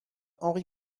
henri